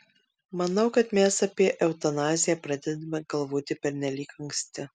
manau kad mes apie eutanaziją pradedame galvoti pernelyg anksti